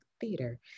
Theater